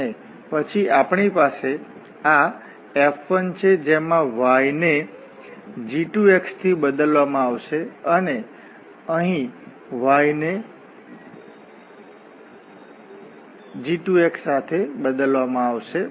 અને પછી આપણી પાસે આ F1 છે જેમાં y ને g2 થી બદલવામાં આવશે અને અહીં y ને g2 સાથે બદલવામાં આવશે